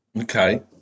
Okay